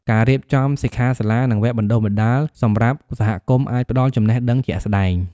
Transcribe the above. ការរៀបចំសិក្ខាសាលា និងវគ្គបណ្ដុះបណ្ដាលសម្រាប់សហគមន៍ អាចផ្តល់ចំណេះដឹងជាក់ស្តែង។